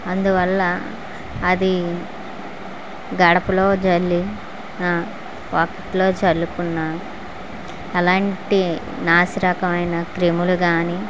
అందువల్ల అది గడపలో చల్లి వాకిట్లో చల్లుకున్నా ఎలాంటి నాసిరకమైన క్రిములు కానీ